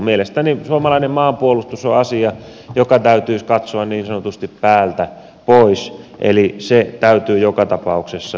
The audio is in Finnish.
mielestäni suomalainen maanpuolustus on asia joka täytyisi katsoa niin sanotusti päältä pois eli se täytyy joka tapauksessa turvata